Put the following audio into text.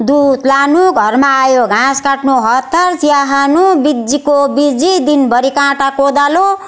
दुध लानु घरमा आयो घाँस काट्नु हतार चिया खानु बिजिको बिजी दिनभरि काँटा कोदालो